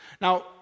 Now